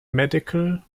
medical